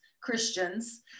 Christians